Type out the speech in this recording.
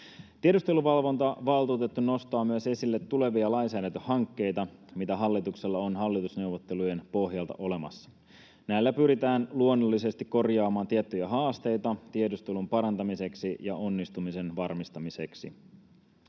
Tiedusteluvalvontavaltuutettu nostaa esille myös tulevia lainsäädäntöhankkeita, joita hallituksella on hallitusneuvottelujen pohjalta olemassa. Näillä pyritään luonnollisesti korjaamaan tiettyjä haasteita tiedustelun parantamiseksi ja onnistumisen varmistamiseksi.